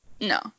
No